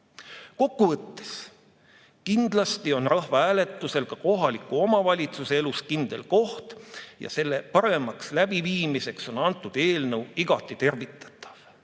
võttes, kindlasti on rahvahääletusel ka kohaliku omavalitsuse elus kindel koht ja selle paremaks läbiviimiseks on kõnealune eelnõu igati tervitatav.